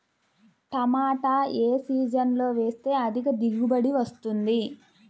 టమాటా ఏ సీజన్లో వేస్తే అధిక దిగుబడి వస్తుంది?